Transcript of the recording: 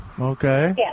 okay